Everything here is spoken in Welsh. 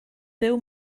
byw